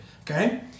okay